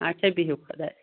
اچھا بِہِو خۄدایَس